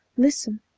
listen!